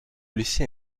laisser